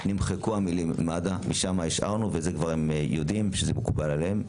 נמחקו המילים "מד"א" והם כבר יודעים וזה מקובל עליהם.